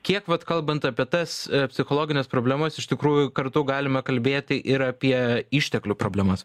kiek vat kalbant apie tas psichologines problemas iš tikrųjų kartu galime kalbėti ir apie išteklių problemas